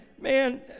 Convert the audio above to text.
man